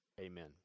amen